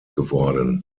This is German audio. geworden